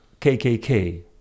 KKK